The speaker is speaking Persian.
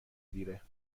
دیره